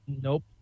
Nope